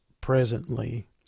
presently